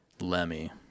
Lemmy